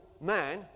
man